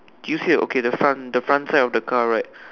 do you see a okay the front the front side of the car right